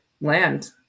land